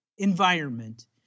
environment